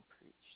preached